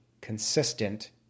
consistent